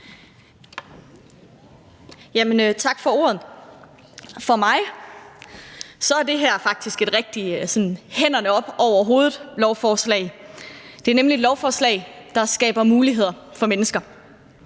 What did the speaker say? Tak for ordet. For mig er det her faktisk et rigtig hænderne oppe over hovedet-lovforslag. Det er nemlig et lovforslag, der skaber muligheder for mennesker.